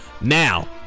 Now